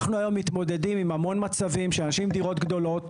אנחנו היום מתמודדים עם המון אנשים עם דירות גדולות,